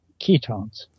ketones